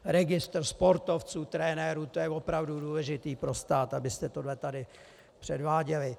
Registr sportovců, trenérů, to je opravdu důležité pro stát, abyste tohle tady předváděli.